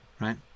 right